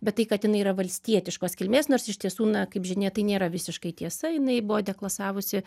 bet tai kad jinai yra valstietiškos kilmės nors iš tiesų na kaip žinia tai nėra visiškai tiesa jinai buvo deklasavusi